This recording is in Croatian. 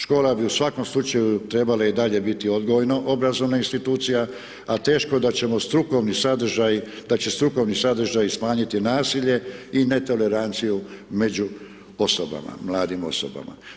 Škola bi u svakom slučaju trebala i dalje biti odgojno-obrazovna institucija, a teško da ćemo strukovni sadržaj, da će strukovni sadržaji smanjiti nasilje i netoleranciju među osobama, mladim osobama.